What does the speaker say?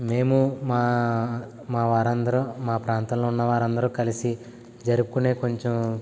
మేము మా మా వారు అందరు మా ప్రాంతాలలో ఉన్న వారు అందరు కలిసి జరుపుకునే కొంచెం